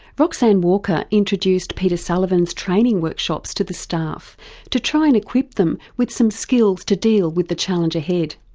roxanne walker introduced peter sullivan's training workshops to the staff to try and equip them with some skills to deal with the challenge ahead.